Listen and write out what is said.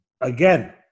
again